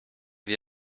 wie